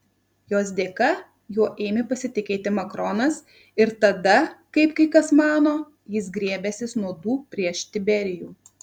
jos dėka juo ėmė pasitikėti makronas ir tada kaip kai kas mano jis griebęsis nuodų prieš tiberijų